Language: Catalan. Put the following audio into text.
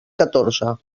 catorze